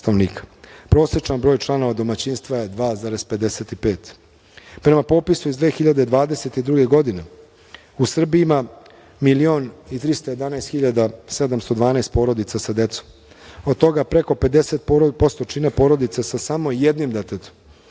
broj članova domaćinstva je 2,55. Prema popisu iz 2022. godine u Srbiji ima milion i 311 hiljada 712 porodica sa decom. Od toga, preko 50% čine porodice sa samo jednim detetom,